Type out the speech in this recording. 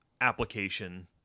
application